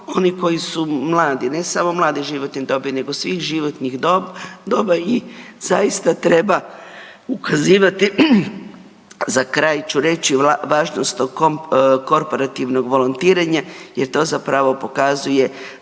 oni koji su mladi, ne samo mlade životne dobi, nego svih životnih doba i zaista treba ukazivati, za kraj ću reći, važnost o korporativnog volontiranja jer to zapravo pokazuje